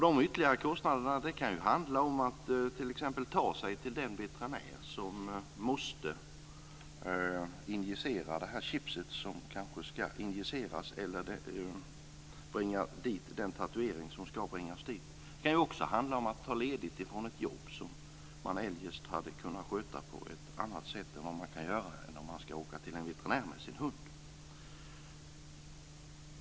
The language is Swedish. De ytterligare kostnaderna kan handla om att t.ex. ta sig till den veterinär som måste injicera det chip som ska injiceras eller bringa dit den tatuering som ska bringas dit. Det kan också handla om att ta ledigt från ett jobb som man eljest hade kunnat sköta på ett annat sätt än vad man kan göra om man ska åka till en veterinär med sin hund.